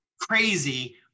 crazy